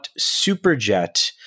Superjet